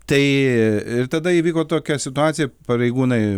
tai ir tada įvyko tokia situacija pareigūnai